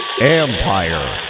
Empire